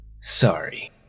Sorry